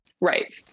Right